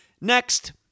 Next